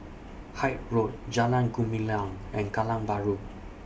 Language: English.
Hythe Road Jalan Gumilang and Kallang Bahru